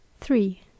Three